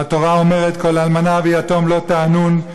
והתורה אומרת: כל אלמנה ויתום לא תענון,